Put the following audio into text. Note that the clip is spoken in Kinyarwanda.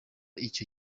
icyo